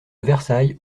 versailles